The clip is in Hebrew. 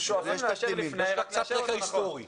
קצת רקע היסטורי.